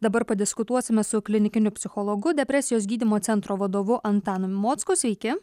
dabar padiskutuosime su klinikiniu psichologu depresijos gydymo centro vadovu antanu mocku sveiki